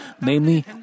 Namely